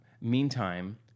Meantime